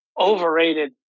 Overrated